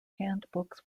handbooks